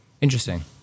Interesting